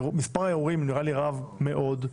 מספר הערעורים נראה לי רב מאוד.